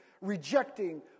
rejecting